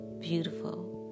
beautiful